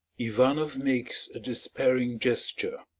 ivanoff makes a despairing gesture.